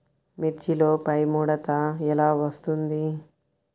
మిర్చిలో పైముడత ఎలా వస్తుంది?